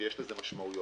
שיש לזה משמעויות.